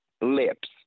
lips